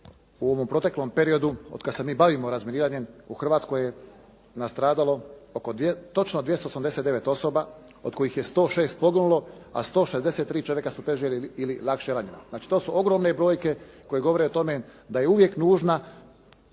u ovom proteklom periodu otkad se mi bavimo razminiranjem, u Hrvatskoj je nastradalo točno 289 osoba, od kojih je 106 poginulo, a 163 čovjeka su teže ili lakše ranjena. Znači to su ogromne brojke koje govore o tome da je uvijek nužna